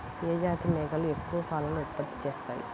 ఏ జాతి మేకలు ఎక్కువ పాలను ఉత్పత్తి చేస్తాయి?